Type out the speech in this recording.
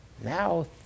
Now